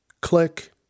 Click